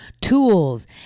tools